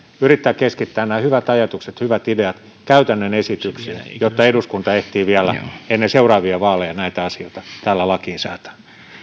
yrittää keskittää nämä hyvät ajatukset hyvät ideat käytännön esityksiin jotta eduskunta ehtii vielä ennen seuraavia vaaleja näitä asioita täällä lakiin säätää